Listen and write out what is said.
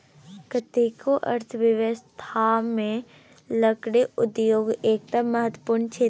कतेको अर्थव्यवस्थामे लकड़ी उद्योग एकटा महत्वपूर्ण क्षेत्र छै